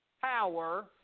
power